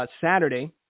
Saturday